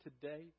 today